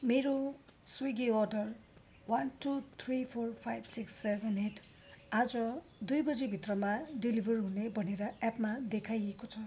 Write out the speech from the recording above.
मेरो Swiggy order one two three four five six seven eight आज दुई बजीभित्रमा डेलिबर हुने भनेर एप्पमा देखाइएको छ